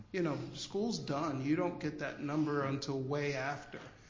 you know school's done, you don't get that number until way after.